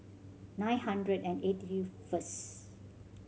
nine hundred and eighty first